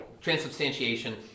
transubstantiation